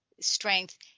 strength